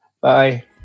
Bye